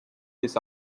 this